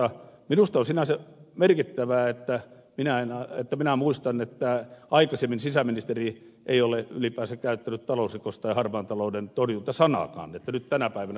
minusta on sinänsä merkittävää että aikaisemmin minä muistan sisäministeri ei ole ylipäänsä käyttänyt ilmausta talousrikos tai harmaan talouden torjunta nyt tänä päivänä sekin on tapahtunut